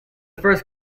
first